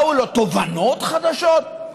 באו לו תובנות חדשות?